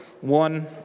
One